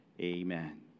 Amen